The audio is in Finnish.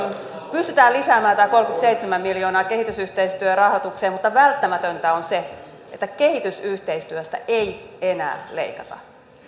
pystytään lisäämään tämä kolmekymmentäseitsemän miljoonaa kehitysyhteistyön rahoitukseen mutta välttämätöntä on se että kehitysyhteistyöstä ei ei enää leikata